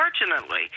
unfortunately